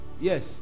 yes